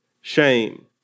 shame